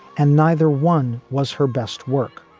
and neither one was her best work,